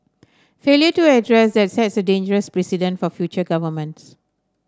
failure to address that sets a dangerous precedent for future governments